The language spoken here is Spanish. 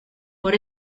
por